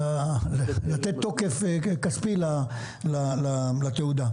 לתת תוקף כספי לתעודה.